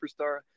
superstar